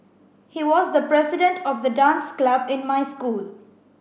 he was the president of the dance club in my school